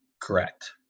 Correct